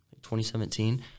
2017